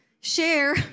Share